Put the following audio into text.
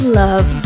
love